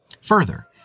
Further